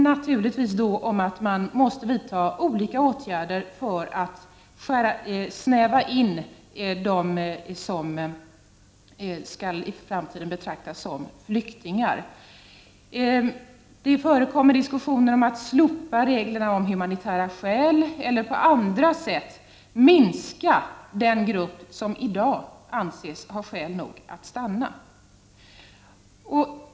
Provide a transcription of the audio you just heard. Naturligtvis måste man vidta olika åtgärder för att snävt begränsa det antal personer som i framtiden skall betraktas som flyktingar. Det förekommer diskussioner om att slopa reglerna om humanitära skäl eller att på andra sätt minska den grupp som i dag anses ha skäl nog att stanna.